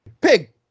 Pig